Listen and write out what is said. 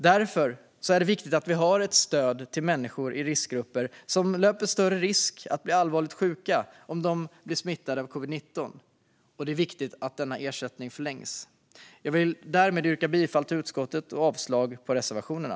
Därför är det viktigt att vi har ett stöd till människor i riskgrupper, som löper större risk att bli allvarligt sjuka om de blir smittade av covid-19, och att ersättningen förlängs. Jag yrkar bifall till utskottets förslag och avslag på reservationerna.